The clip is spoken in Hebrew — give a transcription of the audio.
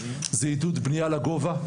זה עידוד בנייה לגובה,